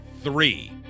three